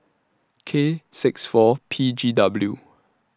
K six four P G W